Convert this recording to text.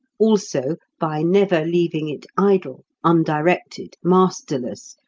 also by never leaving it idle, undirected, masterless,